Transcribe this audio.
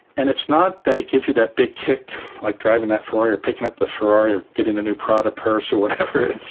and it's not that it gives you that big kick like driving that ferrari, or picking up the ferrari, or getting the new prada purse or whatever.